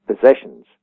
possessions